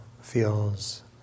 feels